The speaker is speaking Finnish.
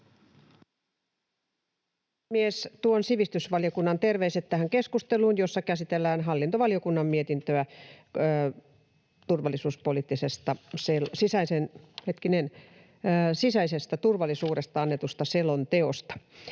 Tuon sivistysvaliokunnan terveiset tähän keskusteluun, jossa käsitellään hallintovaliokunnan mietintöä sisäisestä turvallisuudesta annetusta selonteosta.